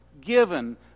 given